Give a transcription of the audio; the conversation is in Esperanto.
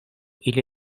ili